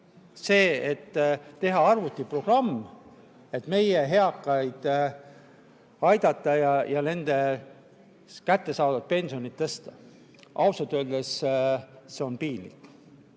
see, et teha arvutiprogramm, et meie eakaid aidata ja nende kättesaadavat pensioni tõsta. Ausalt öeldes see on piinlik.